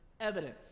evidence